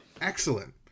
Excellent